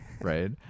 right